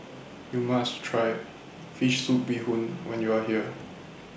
YOU must Try Fish Soup Bee Hoon when YOU Are here